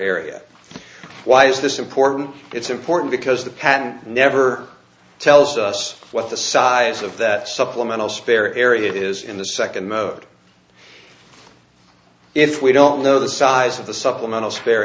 area why is this important it's important because the pattern never tells us what the size of that supplemental spare area is in the second mode if we don't know the size of the supplemental s